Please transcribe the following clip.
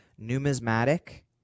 numismatic